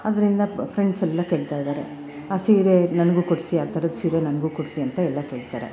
ಅದರಿಂದ ಫ್ರೆಂಡ್ಸೆಲ್ಲ ಕೇಳ್ತಾ ಇದ್ದಾರೆ ಆ ಸೀರೆ ನನಗೂ ಕೊಡಿಸಿ ಆ ಥರದ ಸೀರೆ ನನಗೂ ಕೊಡಿಸಿ ಅಂತ ಎಲ್ಲ ಕೇಳ್ತಾರೆ